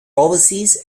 oversees